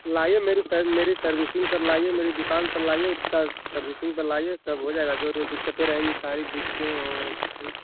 लाइये मेरी साइड मेरी सर्विसिंग पर लाइये मेरी दुकान पर लाइये उसका सर्विसिंग पर लाइये सा हो जायेगा जो भी दिक्कतें रहेंगी सारी दिकतें और